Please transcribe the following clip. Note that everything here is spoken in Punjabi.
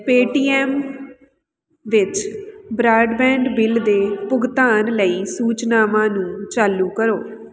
ਪੇਟੀਐੱਮ ਵਿੱਚ ਬਰਾਡਬੈਂਡ ਬਿੱਲ ਦੇ ਭੁਗਤਾਨ ਲਈ ਸੂਚਨਾਵਾਂ ਨੂੰ ਚਾਲੂ ਕਰੋ